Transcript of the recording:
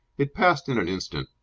it passed in an instant,